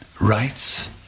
rights